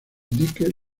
indique